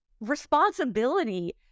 Responsibility